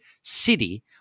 city